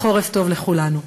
וחורף טוב לכולנו.